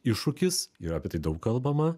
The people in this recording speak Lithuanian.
iššūkis ir apie tai daug kalbama